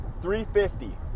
$350